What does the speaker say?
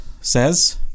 says